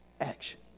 action